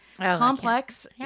complex